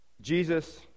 Jesus